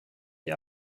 die